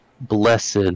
blessed